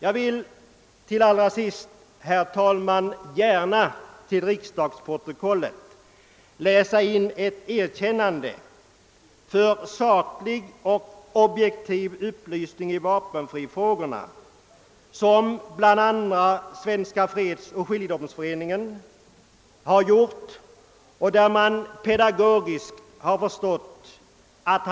Jag önskar till sist i riksdagsprotokollet få infört ett erkännande för saklig och objektiv upplysning i vapenfrifrågorna till Svenska fredsoch skiljedomsföreningen, som förstått att pedagogiskt hantera dessa frågor.